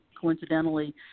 coincidentally